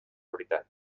veritat